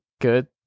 good –